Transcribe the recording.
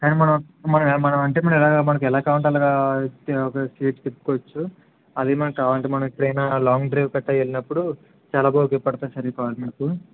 కానీ మనం మనం మనం అంటే మనం ఎలాగ మనకి ఎలాగ కావాలంటే అలాగా ఆ చే చేసి తిప్పుకోవచ్చు అది మనకు కావాలంటే మనం ఎప్పుడైనా లాంగ్ డ్రైవ్కి అట్లా వెళ్ళినప్పుడు చాలా బాగా ఉపయోగపడుతుంది సార్ ఈ కార్ మీకు